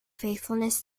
faithfulness